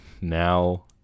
now